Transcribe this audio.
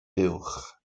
buwch